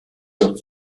your